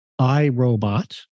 iRobot